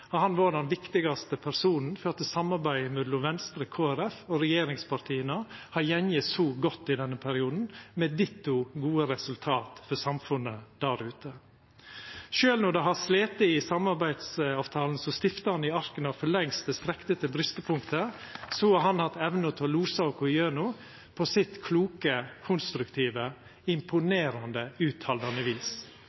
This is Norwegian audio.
har han vore den viktigaste personen for at samarbeidet mellom Venstre, Kristeleg Folkeparti og regjeringspartia har gått så godt i denne perioden – med ditto gode resultat for samfunnet der ute. Sjølv når ein har slite i samarbeidsavtalen så stiftane i arka for lengst er strekte til brestepunktet, har han hatt evna til å losa oss gjennom på sitt kloke, konstruktive,